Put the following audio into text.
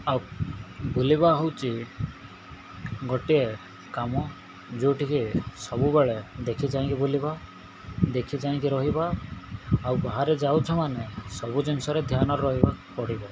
ଆଉ ବୁଲିବା ହେଉଛି ଗୋଟିଏ କାମ ଯେଉଁଠିକି ସବୁବେଳେ ଦେଖି ଚାହିଁକି ବୁଲିବା ଦେଖି ଚାହିଁକି ରହିବା ଆଉ ବାହାରେ ଯାଉଛୁ ମାନେ ସବୁ ଜିନିଷରେ ଧ୍ୟାନ ରହିବାକୁ ପଡ଼ିବ